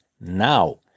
now